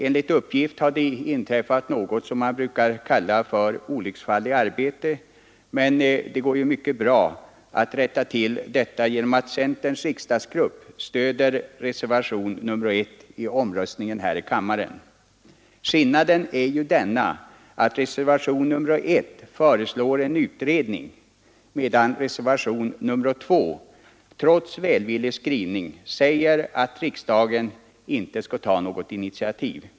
Enligt uppgift har det inträffat något som man brukar kalla för olycksfall i arbetet, men detta går mycket bra att rätta till genom att centerns riksdagsgrupp stöder reservation nr 1 i omröstningen här i kammaren. Skillnaden är att reservation nr 1 föreslår en utredning medan reservation nr 2, trots välvillig skrivning, innebär att riksdagen inte skall ta något initiativ.